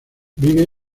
vive